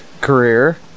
career